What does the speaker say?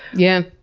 yeah.